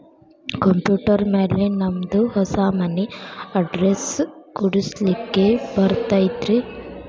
Computer ಮ್ಯಾಲೆ ನಮ್ದು ಹೊಸಾ ಮನಿ ಅಡ್ರೆಸ್ ಕುಡ್ಸ್ಲಿಕ್ಕೆ ಬರತೈತ್ರಿ?